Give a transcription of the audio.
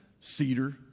cedar